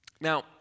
Now